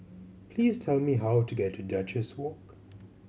please tell me how to get to Duchess Walk